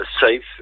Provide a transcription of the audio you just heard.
safe